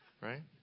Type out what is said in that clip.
right